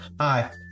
Hi